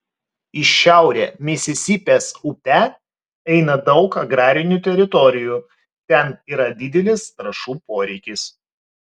į šiaurę misisipės upe eina daug agrarinių teritorijų ten yra didelis trąšų poreikis